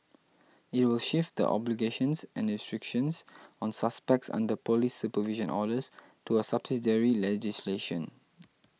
it will shift the obligations and restrictions on suspects under police supervision orders to a subsidiary legislation